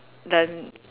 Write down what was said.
then